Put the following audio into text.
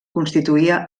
constituïa